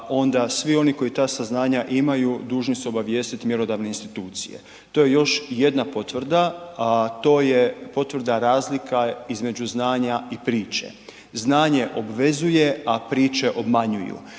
onda svi oni koji ta saznanja imaju, dužni su obavijestiti mjerodavne institucije. To je još jedna potvrda a to je potvrda, razlika između znanja i priče. Znanje obvezuje a priče obmanjuju.